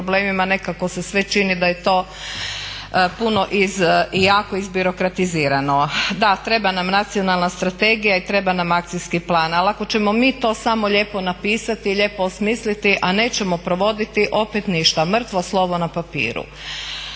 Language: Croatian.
nekako se sve čini da je to puno i jako izbirokratizirano. Da, treba nam nacionalna strategija i treba nam akcijski plan, ali ako ćemo mi to samo lijepo napisati i lijepo osmisliti, a nećemo provoditi opet ništa, mrtvo slovo na papiru.